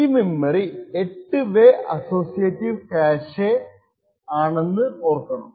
ഈ memory 8 way associative cache ആണെന്നോർക്കണം